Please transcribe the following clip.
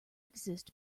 exist